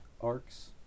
arcs